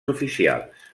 oficials